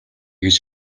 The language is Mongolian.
гэж